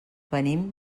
venim